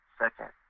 second